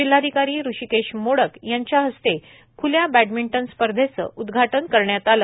जिल्हाधिकारी हृषीकेश मोडक यांच्या हस्ते खुल्या बष्ठमिंटन स्पर्धेचे उद्घाटन करण्यात आले